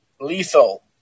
Lethal